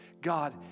God